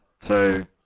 two